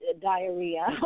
diarrhea